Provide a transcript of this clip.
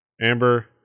Amber